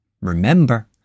Remember